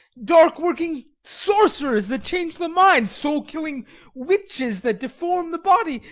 dark-working sorcerers that change the mind, soul-killing witches that deform the body,